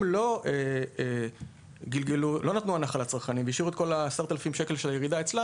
לא נתנו הנחה לצרכנים והשאירו את כל 10,000 ש"ח אצלם,